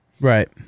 Right